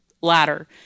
ladder